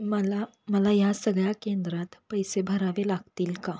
मला मला या्सगळ्या केंद्रात पैसे भरावे लागतील का